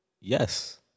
Yes